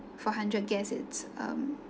for hundred guests is um